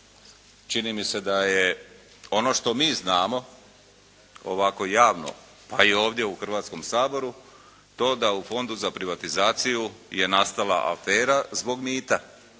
čini mi se da je ono što mi znamo ovako javno, pa i ovdje u Hrvatskom saboru to da u Fondu za privatizaciju je nastala afera zbog mita.